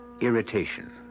irritation